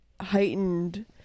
heightened